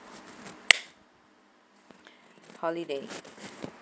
holiday